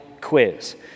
Quiz